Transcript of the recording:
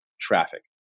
traffic